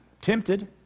tempted